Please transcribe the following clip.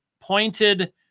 pointed